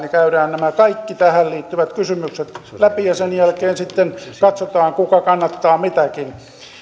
ja käydään nämä kaikki tähän liittyvät kysymykset läpi ja sen jälkeen sitten katsotaan kuka kannattaa mitäkin